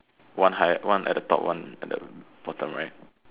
one high one at the top one at the bottom right